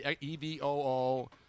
E-V-O-O